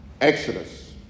Exodus